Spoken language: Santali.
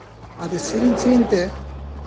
ᱥᱮᱨᱮᱧ ᱥᱮᱨᱮᱧᱛᱮ